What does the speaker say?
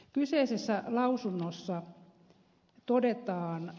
kyseisessä lausunnossa todetaan